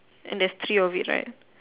and there's three of it right